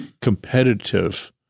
competitive